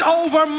over